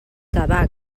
tabac